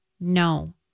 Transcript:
no